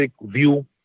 view